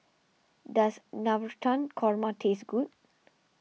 does Navratan Korma taste good